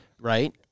right